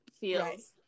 feels